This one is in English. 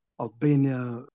Albania